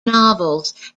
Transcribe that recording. novels